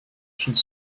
should